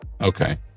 Okay